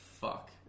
fuck